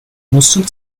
mussten